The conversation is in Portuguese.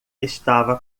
estava